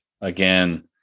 again